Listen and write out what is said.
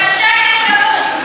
זה שקר גמור.